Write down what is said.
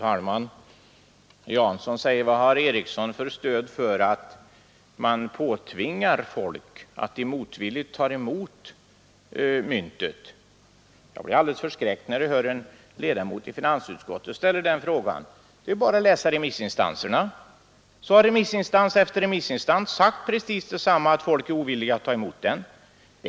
Fru talman! Herr Jansson frågade vad jag har för stöd för uppfattningen att människor här påtvingas ett mynt som de inte vill ha och som de endast motvilligt tar emot. Jag blev alldeles förskräckt, när jag hörde en ledamot av finansutskottet ställa den frågan. Det är ju bara att läsa vad remissinstans efter remissinstans har skrivit! De har sagt precis samma sak, nämligen att människorna är mycket ovilliga att ta emot denna femkrona.